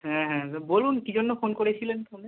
হ্যাঁ হ্যাঁ তা বলুন কী জন্য ফোন করেছিলেন তাহলে